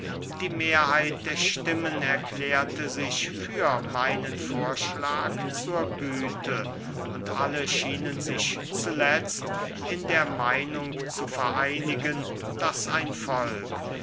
die mehrheit der stimmen erklärte sich für meinen vorschlag zur güte und alle schienen sich zuletzt in der meinung zu vereinigen daß ein volk